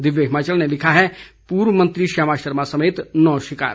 दिव्य हिमाचल ने लिखा है पूर्व मंत्री श्यामा शर्मा समेत नौ शिकार